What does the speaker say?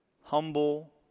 humble